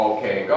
Okay